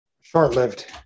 short-lived